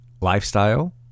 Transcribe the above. lifestyle